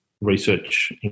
research